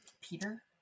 Peter